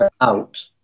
out